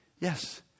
yes